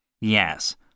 Yes